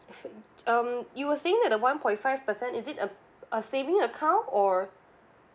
um you were saying that the one point five per cent is it a a saving account or